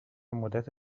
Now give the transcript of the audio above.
مدت